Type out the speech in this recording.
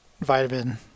vitamin